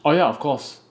oh yeah of course